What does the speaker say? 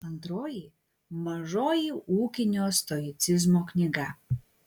antroji mažoji ūkinio stoicizmo knyga